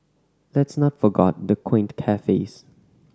let's not forgot the quaint cafes